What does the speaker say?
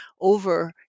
over